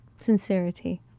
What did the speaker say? sincerity